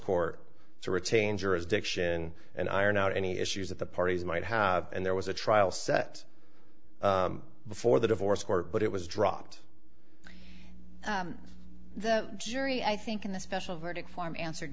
court to retain jurisdiction and iron out any issues that the parties might have and there was a trial set before the divorce court but it was dropped the jury i think in the special verdict form answered